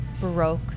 Baroque